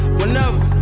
whenever